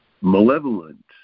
malevolent